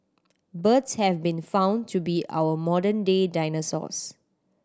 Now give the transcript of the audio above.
birds have been found to be our modern day dinosaurs